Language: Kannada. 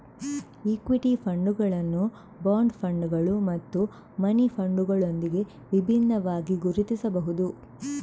ಇಕ್ವಿಟಿ ಫಂಡುಗಳನ್ನು ಬಾಂಡ್ ಫಂಡುಗಳು ಮತ್ತು ಮನಿ ಫಂಡುಗಳೊಂದಿಗೆ ವಿಭಿನ್ನವಾಗಿ ಗುರುತಿಸಬಹುದು